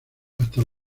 hasta